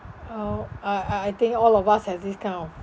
uh I I I think all of us have this kind of